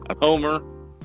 Homer